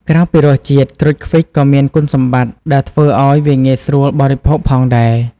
ក្រៅពីរសជាតិ ក្រូចឃ្វិចក៏មានគុណសម្បត្តិដែលធ្វើឲ្យវាងាយស្រួលបរិភោគផងដែរ។